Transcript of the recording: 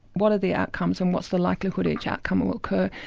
what are the outcomes and what's the likelihood each outcome will occur?